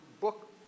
book